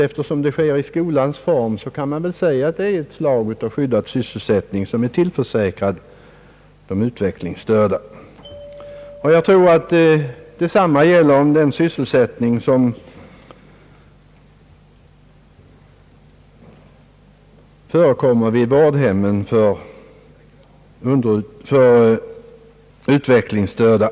Eftersom det sker i skolans form, kan man väl säga att ett slags skyddad sysselsättning är tillförsäkrad de utvecklingsstörda. Jag tror att detsamma gäller om den sysselsättning som förekommer vid vårdhemmen för utvecklingsstörda.